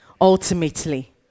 Ultimately